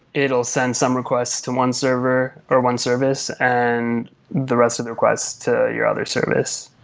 it'll send some requests to one server or one service and the rest of the request to your other service.